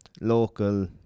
local